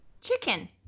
Chicken